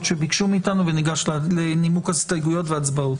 שביקשו מאיתנו וניגש לנימוק ההסתייגויות והצבעות.